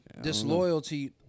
Disloyalty